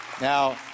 Now